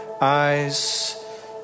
eyes